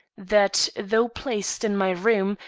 that, though placed in my room,